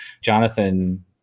Jonathan